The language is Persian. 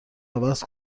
عوض